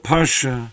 Parsha